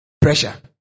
Pressure